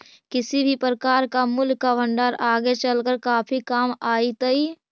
किसी भी प्रकार का मूल्य का भंडार आगे चलकर काफी काम आईतई